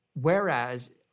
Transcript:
Whereas